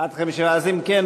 54. עד 54. אז אם כן,